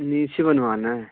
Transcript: نیچے بنوانا ہے